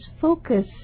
Focus